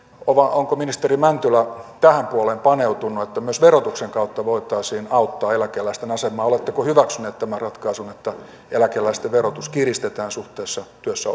onko ministeri mäntylä tähän puoleen paneutunut että myös verotuksen kautta voitaisiin auttaa eläkeläisten asemaa oletteko hyväksyneet tämän ratkaisun että eläkeläisten verotusta kiristetään suhteessa työssä